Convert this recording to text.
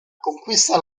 conquista